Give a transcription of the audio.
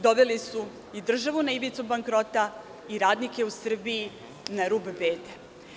Doveli su i državu na ivici bankrota i radnike u Srbiji na rub bede.